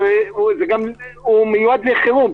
הוא מיועד לחירום.